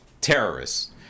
terrorists